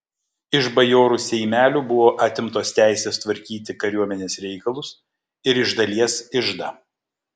iš bajorų seimelių buvo atimtos teisės tvarkyti kariuomenės reikalus ir iš dalies iždą